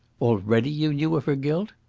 already you knew of her guilt?